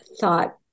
thought